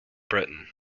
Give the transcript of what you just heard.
britain